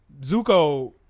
Zuko